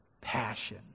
passion